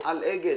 על אגד.